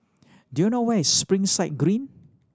do you know where is Springside Green